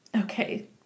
Okay